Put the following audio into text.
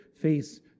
face